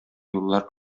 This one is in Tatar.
юллар